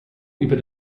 über